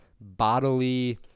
bodily